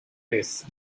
race